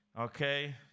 okay